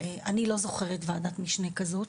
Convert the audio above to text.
אני לא זוכרת ועדת משנה כזו.